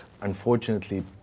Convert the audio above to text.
unfortunately